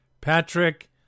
Patrick